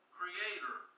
creator